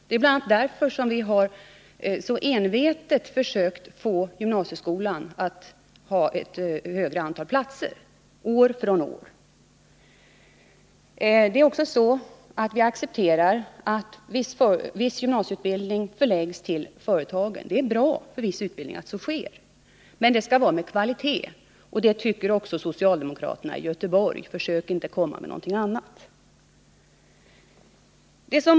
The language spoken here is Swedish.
Det är bl.a. därför vi år från år så envetet har försökt få till stånd ett större antal gymnasieplatser. Vi accepterar att viss gymnasieutbildning förläggs till företagen. Det är bra för viss utbildning att så sker. Men det skall vara kvalitet på utbildningen, vilket också socialdemokraterna i Göteborg tycker. Försök inte påstå något annat!